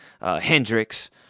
Hendrix